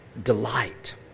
Delight